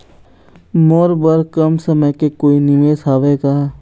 मोर बर कम समय के कोई निवेश हावे का?